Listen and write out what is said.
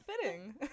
fitting